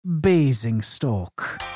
Basingstoke